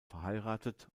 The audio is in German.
verheiratet